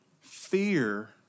Fear